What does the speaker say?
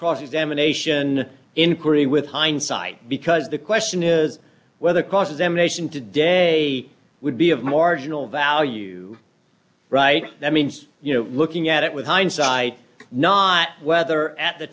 cross examination inquiry with hindsight because the question is whether cross examination today would be of marginal value right that means you know looking at it with hindsight not whether at the